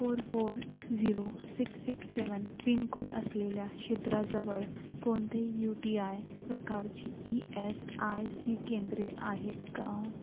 four four zero six six seven pincode असलेल्या क्षेत्राजवळ कोणतेही यू टी आय प्रकारची ई एस आय सी केंद्रे आहेत का